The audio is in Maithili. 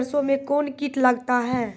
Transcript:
सरसों मे कौन कीट लगता हैं?